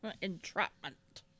Entrapment